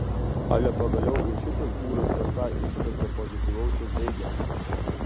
ale pagaliau ir šitas būras kažką išpeza pozityvaus ir teigiamo